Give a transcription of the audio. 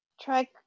Try